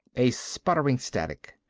a sputtering static.